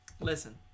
Listen